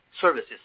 services